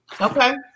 Okay